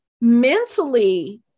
mentally